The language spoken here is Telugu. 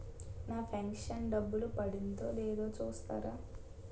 నా పెను షన్ డబ్బులు పడిందో లేదో చూస్తారా?